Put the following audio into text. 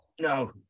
No